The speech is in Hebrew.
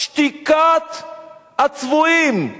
שתיקת הצבועים.